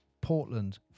Portland